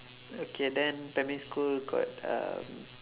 okay then primary school got um